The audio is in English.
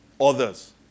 others